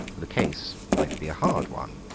the case might be a hard one.